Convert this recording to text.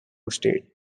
state